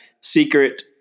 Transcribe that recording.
secret